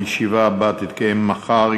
הישיבה הבאה תתקיים מחר,